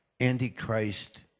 Antichrist